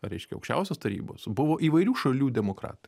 reiškia aukščiausios tarybos buvo įvairių šalių demokratai